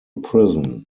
prison